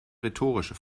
rhetorische